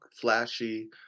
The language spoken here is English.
flashy –